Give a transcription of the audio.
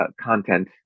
content